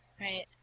Right